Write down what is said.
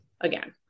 again